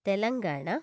Telangana